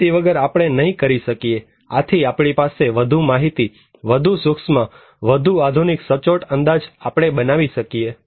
માહિતી વગર આપણે નહીં કરી શકીએ આથી આપણી પાસે વધુ માહિતી વધુ સૂક્ષ્મ વધુ આધુનિક સચોટ અંદાજ આપણે બનાવી શકીએ